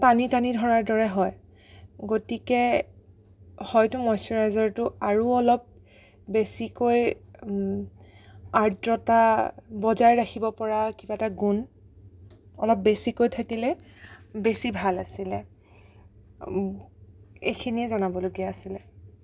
টানি টানি ধৰাৰ দৰে হয় গতিকে হয়তো মইশ্চাৰাইজাৰটো আৰু অলপ বেছিকৈ আৰ্দ্ৰতা বজায় ৰাখিব পৰা কিবা এটা গুণ অলপ বেছিকৈ থাকিলে বেছি ভাল আছিলে এইখিনিয়ে জনাবলগীয়া আছিলে